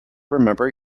remember